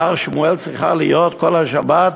והר-שמואל צריכה להיות סגורה כל השבת,